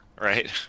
right